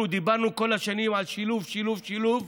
אנחנו דיברנו כל השנים על שילוב, שילוב, שילוב,